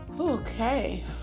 Okay